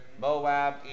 Moab